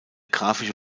grafische